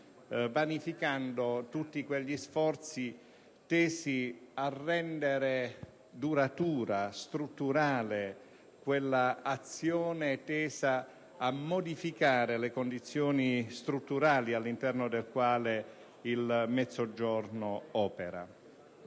vanificando tutti quegli sforzi tesi a rendere duratura e basilare l'azione diretta a modificare le condizioni strutturali all'interno delle quali il Mezzogiorno opera.